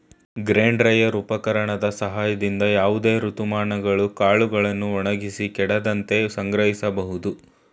grain dryer ಉಪಕರಣದ ಸಹಾಯದಿಂದ ಯಾವುದೇ ಋತುಮಾನಗಳು ಕಾಳುಗಳನ್ನು ಒಣಗಿಸಿ ಕೆಡದಂತೆ ಸಂಗ್ರಹಿಸಿಡಬೋದು